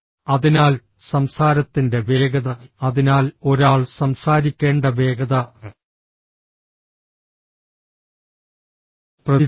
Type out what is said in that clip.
അതിനാൽ സംസാരത്തിൻറെ വേഗത അതിനാൽ ഒരാൾ സംസാരിക്കേണ്ട വേഗത പ്രതീക്ഷിക്കുന്നു